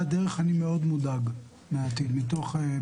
מאוד מודאג לגבי העתיד של שומרי הדרך.